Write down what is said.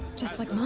just like mine!